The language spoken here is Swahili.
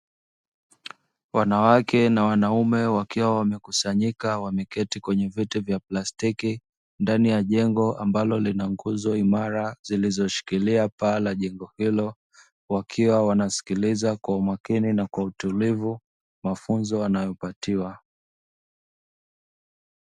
Wanawake na wanaume wakiwa wamekusanyika wameketi kwenye viti vya plastiki, ndani ya jengo ambalo lina nguzo imara zilizoshikilia paa la jengo hilo, wakiwa wanasikiliza kwa umakini na kwa utulivu mafunzo wanayopatiwa.